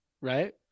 right